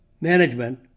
management